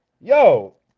yo